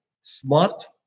smart